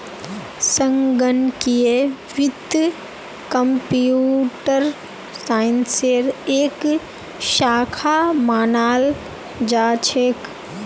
संगणकीय वित्त कम्प्यूटर साइंसेर एक शाखा मानाल जा छेक